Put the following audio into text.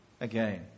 again